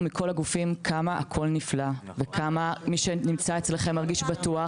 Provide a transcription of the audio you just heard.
מכל הגופים כמה הכול נפלא וכמה מי שנמצא אצלכם מרגיש בטוח.